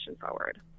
forward